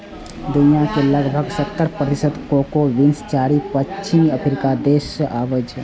दुनिया के लगभग सत्तर प्रतिशत कोको बीन्स चारि पश्चिमी अफ्रीकी देश सं आबै छै